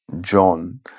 John